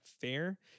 fair